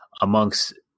amongst